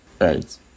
right